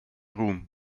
ruhm